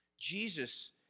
Jesus